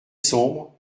sombre